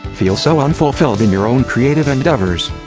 feel so unfulfilled in your own creative endeavors.